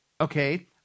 okay